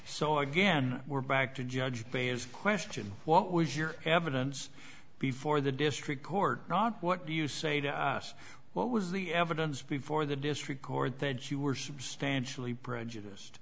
so again we're back to judge bay as question what was your evidence before the district court not what do you say to us what was the evidence before the district court that you were substantially prejudiced